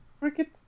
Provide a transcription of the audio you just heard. cricket